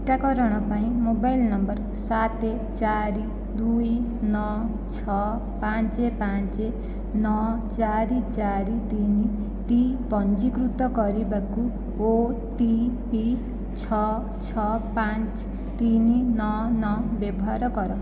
ଟିକାକରଣ ପାଇଁ mobile number ସାତ ଚାରି ଦୁଇ ନଅ ଛଅ ପାଞ୍ଚ ପାଞ୍ଚ ନଅ ଚାରି ଚାରି ତିନଟି ପଞ୍ଜୀକୃତ କରିବାକୁ ଓ ଟି ପି ଛଅ ଛଅ ପାଞ୍ଚ ତିନି ନଅ ନଅ ବ୍ୟବହାର କର